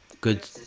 Good